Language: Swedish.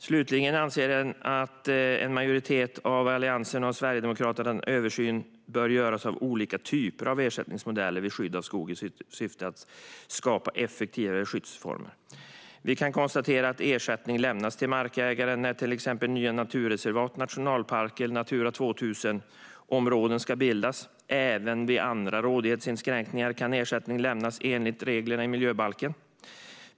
Slutligen anser en majoritet av Alliansen och Sverigedemokraterna att en översyn bör göras av olika typer av ersättningsmodeller vid skydd av skog i syfte att skapa effektivare skyddsformer. Vi kan konstatera att ersättning lämnas till markägare när till exempel nya naturreservat, nationalparker eller Natura 2000-områden ska bildas. Även vid andra rådighetsinskränkningar kan ersättning lämnas enligt reglerna i miljöbalken.